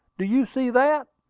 do you see that?